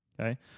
Okay